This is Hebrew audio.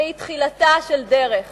שהיא תחילתה של דרך.